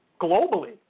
globally